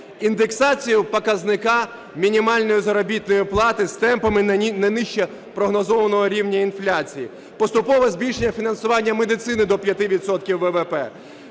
індексацію показника мінімальної заробітної плати с темпами не нижче прогнозованого рівня інфляції; поступове збільшення фінансування медицини до 5